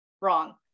Wrong